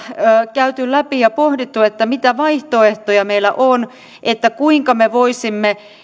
käyty läpi ja pohdittu mitä vaihtoehtoja meillä on kuinka me voisimme